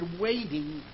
waiting